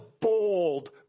bold